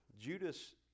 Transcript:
Judas